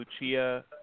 Lucia